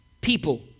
people